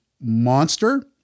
monster